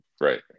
Right